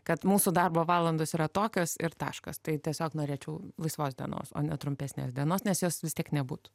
kad mūsų darbo valandos yra tokios ir taškas tai tiesiog norėčiau laisvos dienos o ne trumpesnės dienos nes jos vis tiek nebūtų